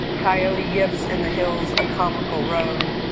coyote yips in the hills, a comical rogue.